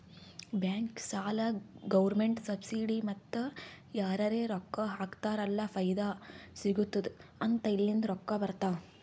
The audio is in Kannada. ಬ್ಯಾಂಕ್, ಸಾಲ, ಗೌರ್ಮೆಂಟ್ ಸಬ್ಸಿಡಿ ಮತ್ತ ಯಾರರೇ ರೊಕ್ಕಾ ಹಾಕ್ತಾರ್ ಅಲ್ಲ ಫೈದಾ ಸಿಗತ್ತುದ್ ಅಂತ ಇಲ್ಲಿಂದ್ ರೊಕ್ಕಾ ಬರ್ತಾವ್